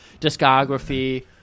discography